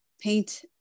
paint